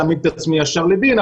אני לא אעמיד את עצמי ישר לדין,